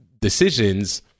decisions